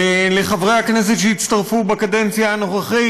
לחברי הכנסת שהצטרפו בקדנציה הנוכחית,